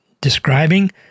describing